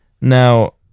Now